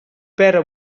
pere